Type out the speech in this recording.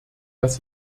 dass